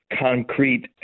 concrete